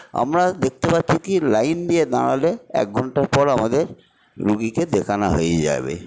আমরা দেখতে পাচ্ছি কি লাইন দিয়ে দাঁড়ালে এক ঘন্টা পর আমাদের রুগিকে দেখানো হয়ে যাবে